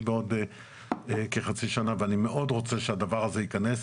בעוד כחצי שנה ואני מאוד רוצה שהדבר הזה ייכנס